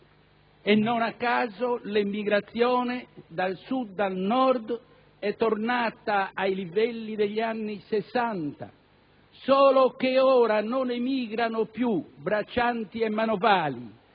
e non a caso l'emigrazione dal Sud al Nord è tornata ai livelli degli anni Sessanta, solo che ora non emigrano più braccianti e manovali,